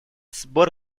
сбор